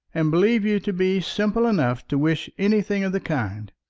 and believe you to be simple enough to wish anything of the kind.